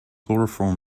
chloroform